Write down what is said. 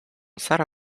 sara